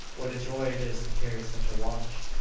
what a joy it is to carry such a watch!